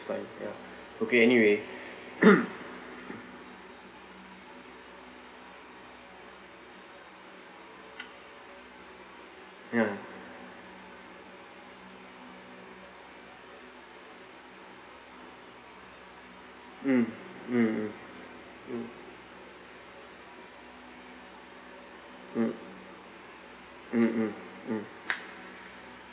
fine ya okay anyway ya mm mm mm mm mm mm